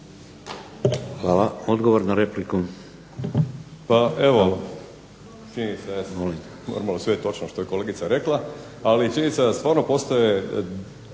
(HDZ)** Odgovor na repliku.